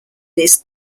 this